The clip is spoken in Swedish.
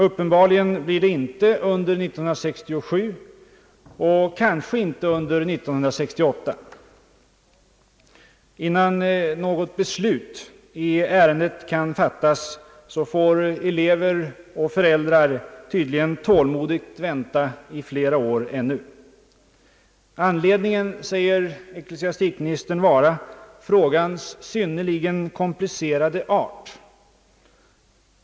Uppenbarligen blir det inte under 1967 och kanske inte heller under 1968. Innan något beslut i ärendet kan fattas får elever och föräldrar tyd ligen tålmodigt vänta ännu i flera år. Anledningen härtill anger ecklesiastikministern vara frågans synnerligen komplicerade art.